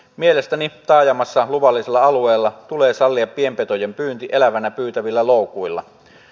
mielestäni taajamassa luvallisella alueella tulee sallia pienpetojen pyynti elävänä pyytävillä loukuilla